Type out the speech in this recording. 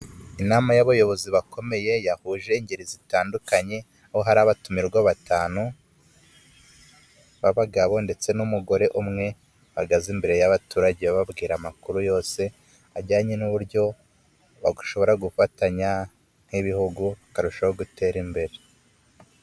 Inama y'abayobozi bakomeye yahuje ingeri zitandukanye aho hari abatumirwa batanu b'abagabo ndetse n'umugore umwe bahagaze imbere y'abaturage bababwira amakuru yose ajyanye n'uburyo bagashobora gufatanya nk'ibihugu bakarushaho gutera imbere.